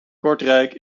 kortrijk